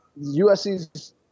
USC's